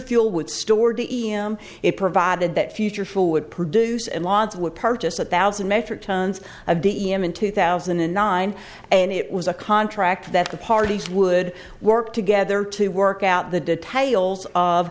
fuel would stored the e m it provided that future full would produce and logs would purchase a thousand metric tons of d m in two thousand and nine and it was a contract that the parties would work together to work out the details of